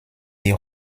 die